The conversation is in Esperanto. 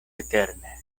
eterne